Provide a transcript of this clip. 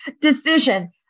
decision